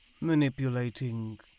manipulating